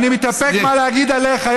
אני מתאפק מלהגיד עליך.